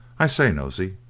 i say, nosey,